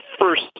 first